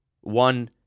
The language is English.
one